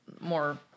more